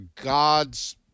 God's